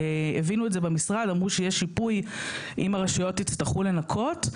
הבינו את זה במשרד ואמרו שיהיה שיפוי אם הרשויות יצטרכו לנקות,